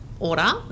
Order